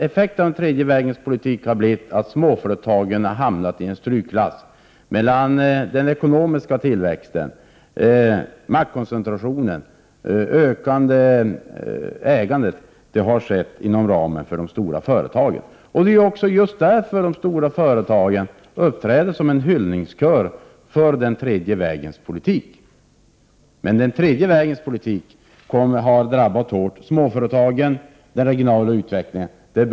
Effekterna av den har blivit att småföretagen har hamnat i en strykklass mellan den ekonomiska tillväxten, maktkoncentrationen och det ökande ägandet, och det har skett inom ramen för de stora företagen. Det är just därför som de stora företagen uppträder som en hyllningskör för den tredje vägens politik. Men den tredje vägens politik har drabbat småföretagen och den regionala utvecklingen hårt.